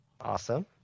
Awesome